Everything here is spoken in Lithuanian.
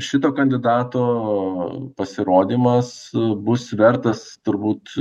šito kandidato pasirodymas bus vertas turbūt